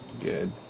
good